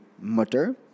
mutter